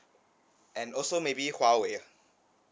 and also maybe Huawei